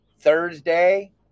Thursday